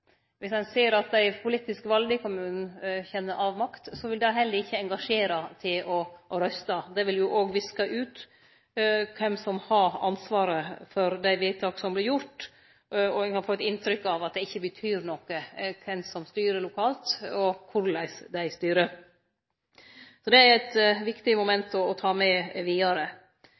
viss ein ser at dei politisk valde i kommunen kjenner avmakt – vil det heller ikkje engasjere til å røyste. Det vil òg viske ut kven som har ansvaret for dei vedtaka som vert gjorde, og ein kan få eit inntrykk av at det ikkje betyr noko kven som styrer lokalt, og korleis dei styrer. Så det er eit viktig moment å ta med vidare